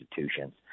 institutions